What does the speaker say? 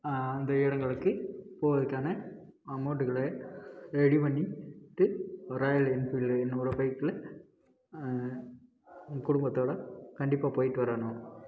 அந்த இடங்களுக்கு போகிறதுக்கான அமௌண்ட்டுகள ரெடி பண்ணிவிட்டு ஒரு ராயல் என்ஃபீல்டு என்னோடய பைக்கில் குடும்பத்தோடு கண்டிப்பாக போய்ட்டு வரணும்